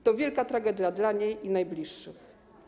To wielka tragedia dla niej i najbliższych.